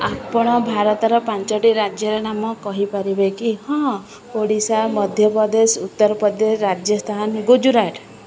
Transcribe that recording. ଆପଣ ଭାରତର ପାଞ୍ଚଟି ରାଜ୍ୟର ନାମ କହିପାରିବେ କି ହଁ ଓଡ଼ିଶା ମଧ୍ୟପ୍ରଦେଶ ଉତ୍ତରପ୍ରଦେଶ ରାଜସ୍ଥାନ ଗୁଜୁରାଟ